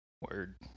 Word